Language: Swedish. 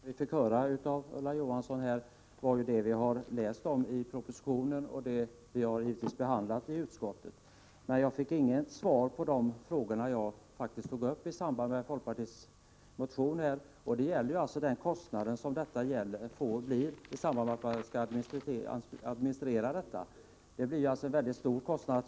Herr talman! Det vi fick höra av Ulla Johansson var det som vi har läst om i propositionen och det som har anförts i utskottet under behandlingen. Men jag fick inget svar på de frågor som vi tog upp i samband med folkpartiets motion, bl.a. beträffande den kostnad som administrationen av de föreslagna åtgärderna medför. Det blir en väldigt stor kostnad.